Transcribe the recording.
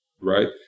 right